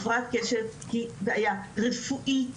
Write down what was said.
הפרעת קשב היא בעיה רפואית,